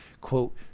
quote